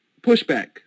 pushback